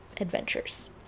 adventures